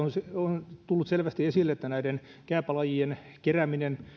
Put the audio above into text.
on tullut selvästi esille että näiden kääpälajien kerääminen